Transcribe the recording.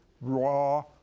Raw